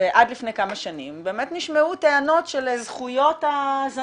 ועד לפני כמה שנים באמת נשמעו טענות של זכויות הזנאים,